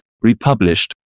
republished